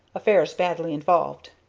affairs badly involved.